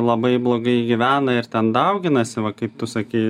labai blogai gyvena ir ten dauginasi va kaip tu sakei